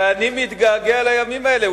ואני מתגעגע לימים האלה.